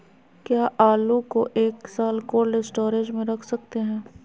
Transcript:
क्या आलू को एक साल कोल्ड स्टोरेज में रख सकते हैं?